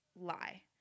lie